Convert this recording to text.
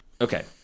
Okay